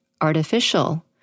artificial